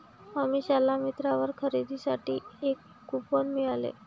अमिषाला मिंत्रावर खरेदीसाठी एक कूपन मिळाले